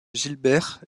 gilbert